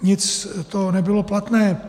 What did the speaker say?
Nic z toho nebylo platné.